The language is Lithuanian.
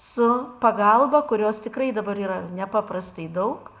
su pagalba kurios tikrai dabar yra nepaprastai daug